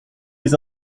les